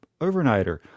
overnighter